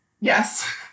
Yes